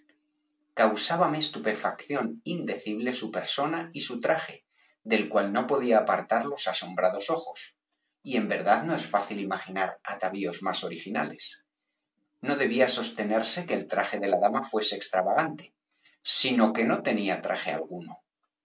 causábame estupefacción indecible su persona y su traje del cual no podía apartar los asombrados ojos y en verdad no es fácil imaginar atavíos más originales no debía sostenerse que el traje de la dama fuese extravagante sino que no tenía traje alguno